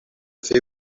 fer